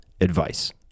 advice